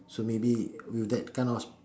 so maybe with that kind of